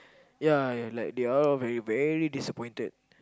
yeah yeah like they all very very disappointed